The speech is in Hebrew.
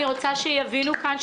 אני רוצה שיבינו כאן,